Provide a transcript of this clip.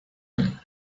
him